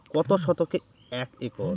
কত শতকে এক একর?